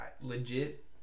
legit